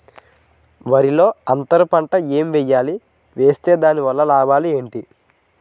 వరిలో అంతర పంట ఎం వేయాలి? వేస్తే దాని వల్ల లాభాలు ఏంటి?